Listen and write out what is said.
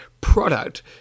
product